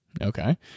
Okay